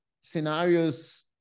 scenarios